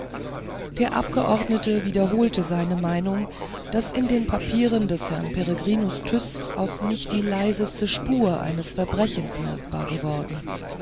der abgeordnete wiederholte seine meinung daß in den papieren des herrn peregrinus tyß auch nicht die leiseste spur eines verbrechens merkbar geworden